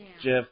Jeff